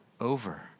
over